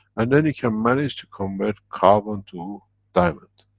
and then you can manage to convert carbon to diamond.